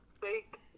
fake